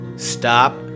Stop